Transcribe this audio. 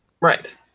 Right